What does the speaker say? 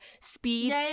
speed